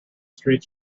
streets